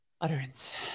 Utterance